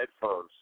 headphones